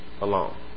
alone